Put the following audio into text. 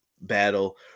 battle